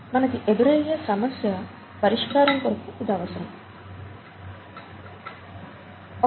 మనకి ఎదురయ్యే సమస్య పరిష్కారం కొరకు ఇది అవసరము